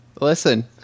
Listen